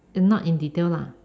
not in detail lah